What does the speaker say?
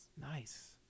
nice